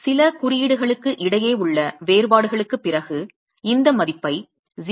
சில குறியீடுகளுக்கு இடையே உள்ள வேறுபாடுகளுக்குப் பிறகு இந்த மதிப்பை 0